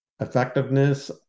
effectiveness